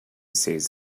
says